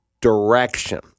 direction